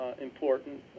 important